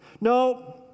No